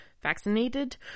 vaccinated